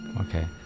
okay